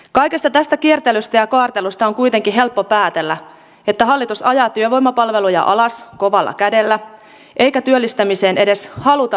kaikesta tästä kiertelystä ja kaartelusta on kuitenkin helppo päätellä että hallitus ajaa työvoimapalveluja alas kovalla kädellä eikä työllistämiseen edes haluta loppupeleissä panostaa